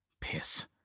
Piss